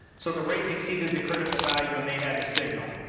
so the rate exceeded the critical value and they had a signal.